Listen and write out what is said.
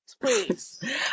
please